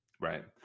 Right